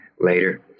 later